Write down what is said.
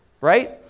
right